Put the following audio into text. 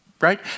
right